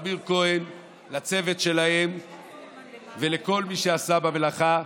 טמיר כהן, לצוות שלהם ולכל מי שעשה במלאכה.